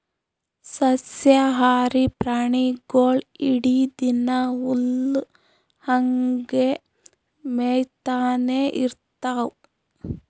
ಸಸ್ಯಾಹಾರಿ ಪ್ರಾಣಿಗೊಳ್ ಇಡೀ ದಿನಾ ಹುಲ್ಲ್ ಹಂಗೆ ಮೇಯ್ತಾನೆ ಇರ್ತವ್